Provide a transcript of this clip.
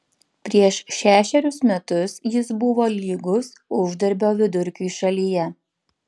prieš šešerius metus jis buvo lygus uždarbio vidurkiui šalyje